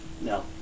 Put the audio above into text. No